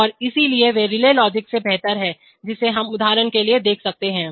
और इसलिए क्यों वे रिले लॉजिक से बेहतर हैं जिसे हम उदाहरण के लिए देख सकते हैं